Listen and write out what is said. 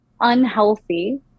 unhealthy